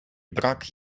brak